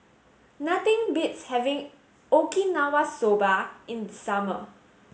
nothing beats having Okinawa soba in the summer